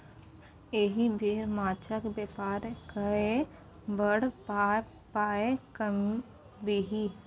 एहि बेर माछक बेपार कए बड़ पाय कमबिही